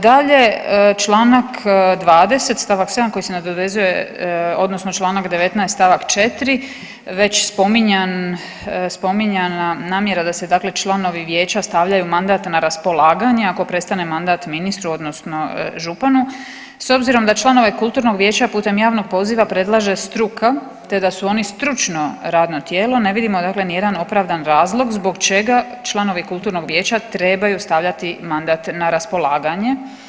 Dalje, Članak 20. stavak 7. koji se nadovezuje odnosno Članak 19. stavak 4. već spominjan, spominjana namjera da se dakle članovi vijeća stavljaju mandat na raspolaganje ako prestane mandat ministru odnosno županu s obzirom da članove kulturnog vijeća putem javnog poziva predlaže struka te da su oni stručno radno tijelo ne vidimo dakle niti jedan opravdan razlog zbog čega članovi kulturnog vijeća trebaju stavljati mandat na raspolaganje.